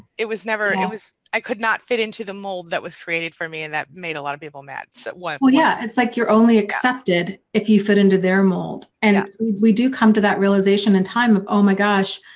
it was never. it was. i could not fit into the mold that was created for me and that made a lot of people mad. so what. yeah, it's like you're only accepted if you fit into their mold and we do come to that realization in time of oh my gosh,